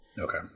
Okay